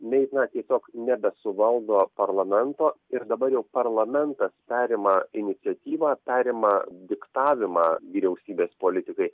mei na tiesiog nebesuvaldo parlamento ir dabar jau parlamentas perima iniciatyvą perima diktavimą vyriausybės politikai